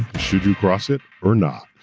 should you cross it or not?